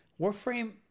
Warframe